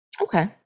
okay